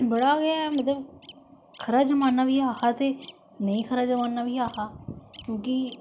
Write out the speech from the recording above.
बड़ा गै मतलब खरा जमाना बी ऐ हा ते नेई खरा जमांना बी ऐ हा क्योंकि